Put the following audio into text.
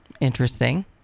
interesting